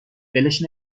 ولش